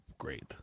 Great